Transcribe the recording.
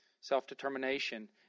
self-determination